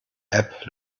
app